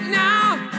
now